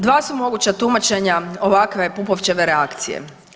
Dva su moguća tumačenja ovakve Pupovčeve reakcije.